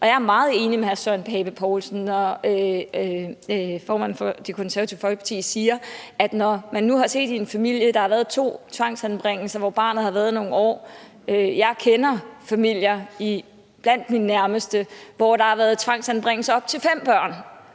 Og jeg er meget enig med hr. Søren Pape Poulsen, når formanden for Det Konservative Folkeparti siger, at man nu i en familie har set, at der har været to tvangsanbringelser, hvor barnet har været nogle år. Jeg kender familier, som er blandt mine nærmeste, hvor der har været tvangsanbringelser af op til fem børn,